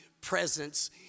presence